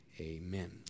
Amen